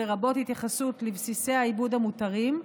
לרבות התייחסות לבסיסי העיבוד המותרים,